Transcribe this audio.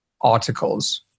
Articles